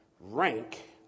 rank